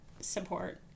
support